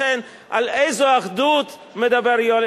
לכן, על איזו אחדות מדבר יואל